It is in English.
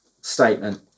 statement